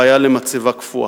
והיה למצבה קפואה.